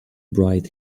bright